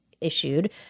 issued